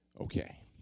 Okay